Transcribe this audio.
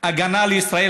ההגנה לישראל,